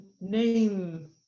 name